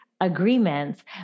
agreements